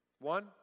One